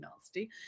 nasty